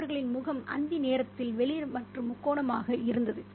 அவர்களின் முகம் அந்தி நேரத்தில் வெளிர் மற்றும் முக்கோணமாக இருந்தது